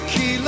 Key